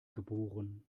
geboren